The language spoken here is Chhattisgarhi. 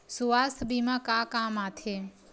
सुवास्थ बीमा का काम आ थे?